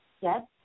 Yes